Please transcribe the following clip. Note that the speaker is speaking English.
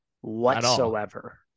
whatsoever